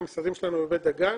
המשרדים שלנו בבית דגן.